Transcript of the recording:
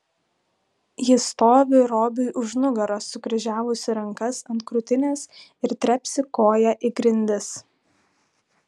ji stovi robiui už nugaros sukryžiavusi rankas ant krūtinės ir trepsi koja į grindis